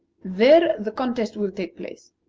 there the contest will take place.